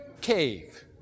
cave